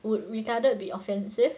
would retarded be offensive